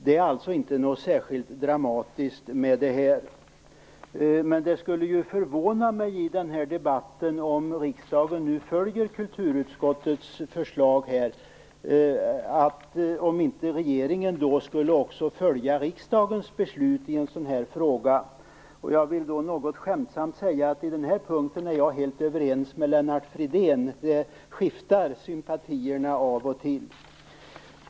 Det är alltså inte något särskilt dramatiskt med det här. Det skulle dock förvåna mig - om nu riksdagen följer kulturutskottets förslag - om inte regeringen skulle följa riksdagens beslut i en sådan här fråga. Jag vill då något skämtsamt säga att på den här punkten är jag helt överens med Lennart Fridén - här skiftar sympatierna av och till!